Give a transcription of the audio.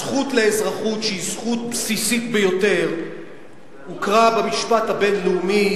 הזכות לאזרחות שהיא זכות בסיסית ביותר הוכרה במשפט הבין-לאומי,